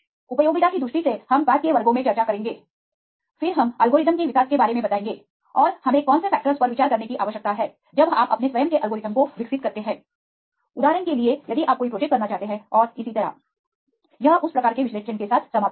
उपयोगिता की दृष्टि से हम बाद के वर्गों में चर्चा करेंगे फिर हम एल्गोरिदम के विकास के बारे में बताएंगे और हमें कौन से फैक्टर्स पर विचार करने की आवश्यकता है जब आप अपने स्वयं के एल्गोरिथ्म को विकसित करते हैं उदाहरण के लिए यदि आप कोई प्रोजेक्ट करना चाहते हैं और इसी तरह यह उस प्रकार के विश्लेषण के साथ समाप्त होगा